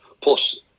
plus